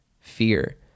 fear